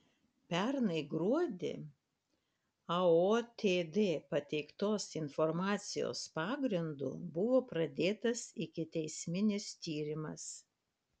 pernai gruodį aotd pateiktos informacijos pagrindu buvo pradėtas ikiteisminis tyrimas